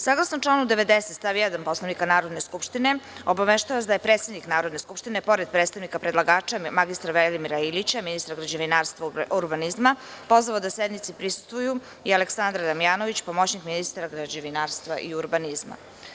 Saglasno članu 90. stav 1. Poslovnika Narodne skupštine, obaveštavam vas da je predsednik Narodne skupštine, pored predstavnika predlagača mr Velimira Ilića, ministra građevinarstva i urbanizma, pozvao da sednici prisustvuje i Aleksandar Damjanović, pomoćnik ministra za građevinarstvo i urbanizam.